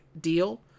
deal